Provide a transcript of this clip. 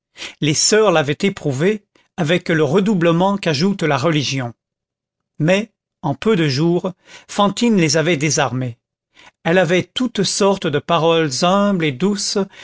les soeurs l'avaient éprouvé avec le redoublement qu'ajoute la religion mais en peu de jours fantine les avait désarmées elle avait toutes sortes de paroles humbles et douces